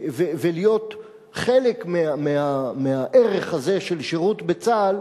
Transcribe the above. ולהיות חלק מהערך הזה של שירות בצה"ל.